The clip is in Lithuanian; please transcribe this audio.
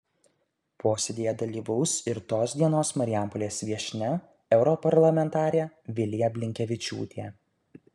posėdyje dalyvaus ir tos dienos marijampolės viešnia europarlamentarė vilija blinkevičiūtė